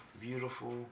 beautiful